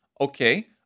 okay